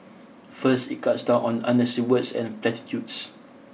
first it cuts down on unnecessary words and platitudes